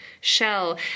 shell